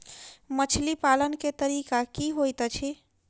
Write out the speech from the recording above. मछली पालन केँ तरीका की होइत अछि?